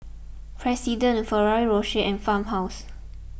President Ferrero Rocher and Farmhouse